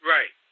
Right